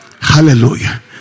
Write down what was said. Hallelujah